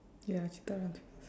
ya cheetah